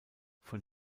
von